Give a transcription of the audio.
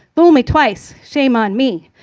fool me twice, shame on me.